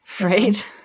right